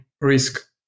risk